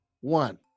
one